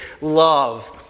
love